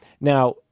Now